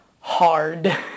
hard